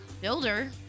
builder